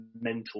mental